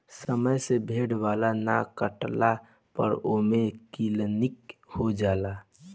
समय से भेड़ बाल ना काटला पर ओमे किलनी हो जाला